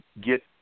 get